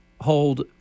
hold